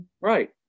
Right